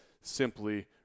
simply